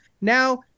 Now